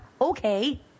okay